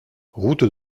route